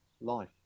life